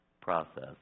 process